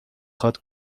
خواد